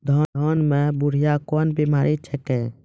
धान म है बुढ़िया कोन बिमारी छेकै?